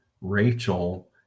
Rachel